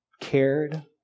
cared